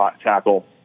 tackle